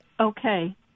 Okay